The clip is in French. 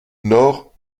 nort